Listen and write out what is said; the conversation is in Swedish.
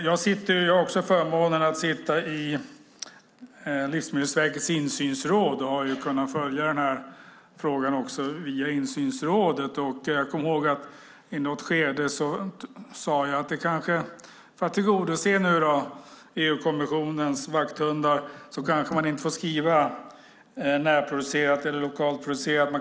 Jag har förmånen att sitta med i Livsmedelsverkets insynsråd och har kunnat följa frågan också via insynsrådet. Jag kommer ihåg att jag i något skede sade att man för att tillgodose EU-kommissionens vakthundar kanske inte får skriva "närproducerat" eller "lokalproducerat".